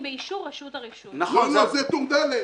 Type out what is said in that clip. זה טור ד'.